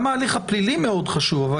גם ההליך הפלילי חשוב מאוד,